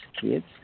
kids